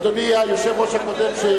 אדוני היושב-ראש הקודם,